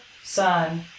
Son